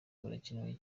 urakenewe